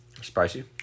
Spicy